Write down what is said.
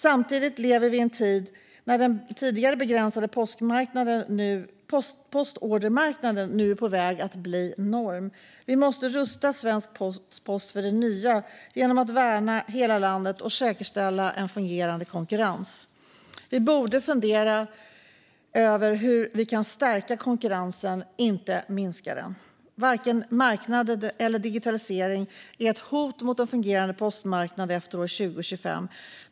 Samtidigt lever vi i en tid när den tidigare begränsade postordermarknaden nu är på väg att bli norm. Vi måste rusta svensk post för detta nya genom att värna hela landet och säkerställa en fungerande konkurrens. Vi borde fundera över hur vi kan stärka konkurrensen, inte minska den. Varken marknaden eller digitaliseringen är ett hot mot en fungerande postmarknad efter år 2025.